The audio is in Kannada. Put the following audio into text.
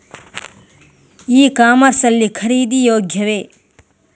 ಇ ಕಾಮರ್ಸ್ ಲ್ಲಿ ಖರೀದಿ ಯೋಗ್ಯವೇ?